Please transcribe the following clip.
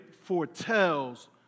foretells